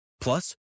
Plus